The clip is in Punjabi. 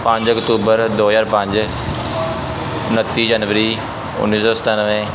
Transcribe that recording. ਪੰਜ ਅਕਤੂਬਰ ਦੋ ਹਜ਼ਾਰ ਪੰਜ ਉਨੱਤੀ ਜਨਵਰੀ ਉੱਨੀ ਸੌ ਸਤਾਨਵੇਂ